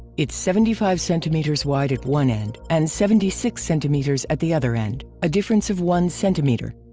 it's seventy five centimeters wide at one end and seventy six centimeters at the other end, a difference of one centimeter.